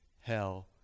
hell